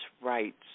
rights